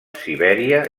sibèria